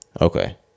Okay